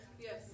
Yes